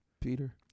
Peter